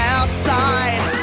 outside